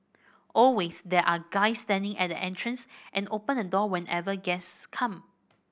always there are guys standing at the entrance and open the door whenever guests come